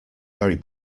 very